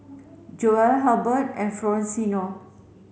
Joella Halbert and Florencio